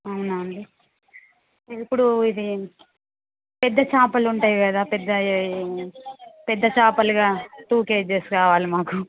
అవునా అండి ఇది ఇప్పుడు ఇది పెద్ద చేపలు ఉంటాయి కదా పెద్దవి పెద్ద చేపలుగా టూ కేజీస్ కావాలి మాకు